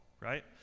right